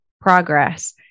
progress